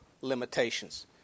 limitations